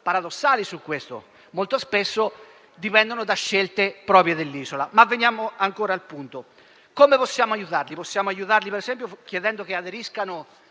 paradossali su questi aspetti, che molto spesso dipendono dalle scelte proprie dell'isola. Ma veniamo ancora al punto. Come possiamo aiutarli? Ad esempio chiedendo che aderiscano